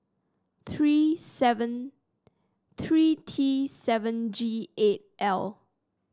three seven three T seven G eight L